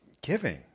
giving